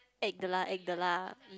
act 的 lah act 的 lah